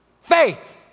Faith